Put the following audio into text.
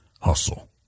hustle